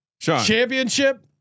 Championship